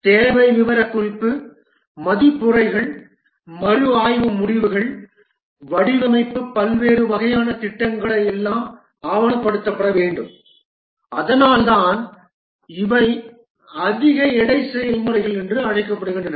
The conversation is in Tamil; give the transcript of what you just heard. தேவை விவரக்குறிப்பு மதிப்புரைகள் மறுஆய்வு முடிவுகள் வடிவமைப்பு பல்வேறு வகையான திட்டங்களை எல்லாம் ஆவணப்படுத்தப்பட வேண்டும் அதனால்தான் இவை அதிக எடை செயல்முறைகள் என்று அழைக்கப்படுகின்றன